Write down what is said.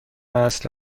اصل